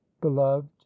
beloved